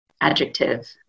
adjective